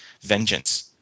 vengeance